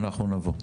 אנחנו נבוא.